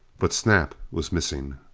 but snap was missing.